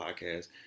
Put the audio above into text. podcast